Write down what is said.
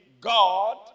God